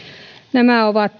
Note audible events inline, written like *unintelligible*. nämä ovat *unintelligible*